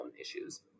issues